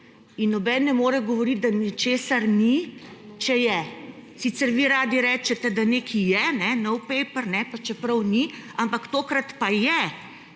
in noben ne more govoriti, da ničesar ni, če je. Sicer vi radi rečete, da nekaj je »no paper«, pa čeprav ni, ampak tokrat pa je,